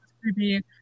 creepy